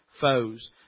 foes